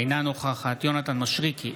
אינה נוכחת יונתן מישרקי,